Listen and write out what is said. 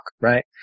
right